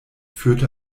führt